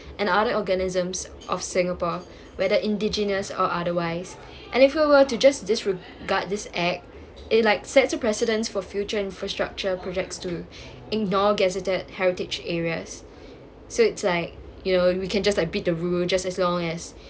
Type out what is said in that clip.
and other organisms of singapore where the indigenous or otherwise and if we were to just disregard this act it like sets a precedent for future infrastructure projects to ignore gazetted heritage areas so it's like you know we can just beat the rule just as long as